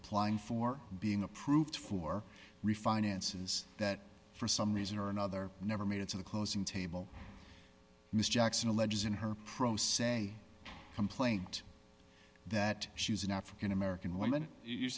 applying for being approved for refinances that for some reason or another never made it to the closing table miss jackson alleges in her pro se complaint that she was an african american woman